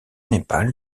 népal